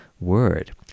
word